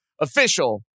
official